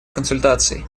консультаций